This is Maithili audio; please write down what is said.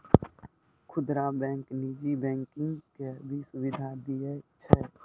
खुदरा बैंक नीजी बैंकिंग के भी सुविधा दियै छै